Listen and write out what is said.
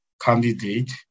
candidate